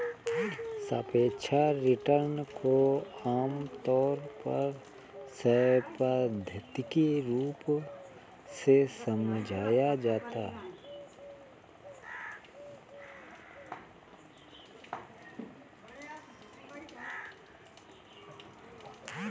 सापेक्ष रिटर्न को आमतौर पर सैद्धान्तिक रूप से समझाया जाता है